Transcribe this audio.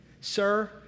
Sir